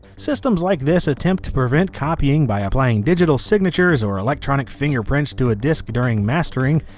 systems like this attempt to prevent copying by applying digital signatures or electronic fingerprints to a disk during mastering,